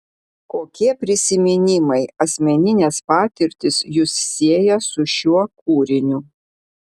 kokie prisiminimai asmeninės patirtys jus sieja su šiuo kūriniu